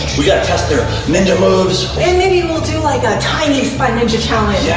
we gotta test their ninja moves. and maybe we'll do like a tiny spy ninja challenge. yeah